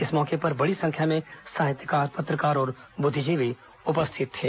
इस मौके पर बड़ी संख्या में साहित्यकार पत्रकार और बुद्धिजीवी उपस्थित थे